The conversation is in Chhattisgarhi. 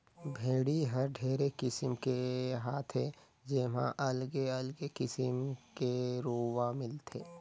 भेड़ी हर ढेरे किसिम के हाथे जेम्हा अलगे अगले किसिम के रूआ मिलथे